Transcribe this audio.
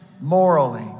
morally